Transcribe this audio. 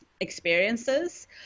experiences